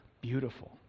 Beautiful